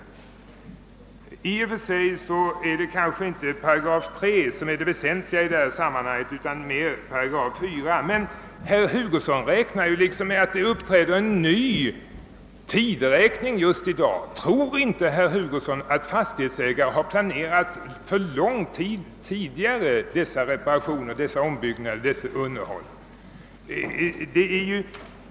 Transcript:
I och för sig är det kanske inte 3 8 som är den väsentliga i detta sammanhang, utan det är mera 4 8. Men herr Hugosson räknar liksom med att en ny tidräkning påbörjas från och med i dag. Tror inte herr Hugosson att det finns fastighetsägare som redan tidigare planerat för lång tid framöver beträffande dessa reparationer, ombyggnader och underhållsarbeten?